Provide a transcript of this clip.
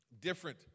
different